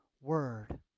word